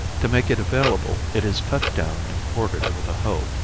to make it available it is cut down and quartered with a hoe,